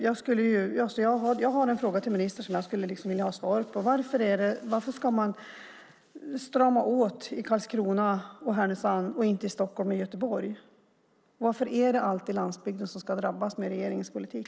Jag har en fråga till ministern som jag skulle vilja ha svar på: Varför ska man strama åt i Karlskrona och Härnösand och inte i Stockholm och Göteborg? Varför är det alltid landsbygden som ska drabbas med regeringens politik?